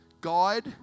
guide